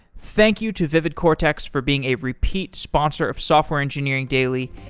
thank you to vividcortex for being a repeat sponsor of software engineering daily.